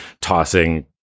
tossing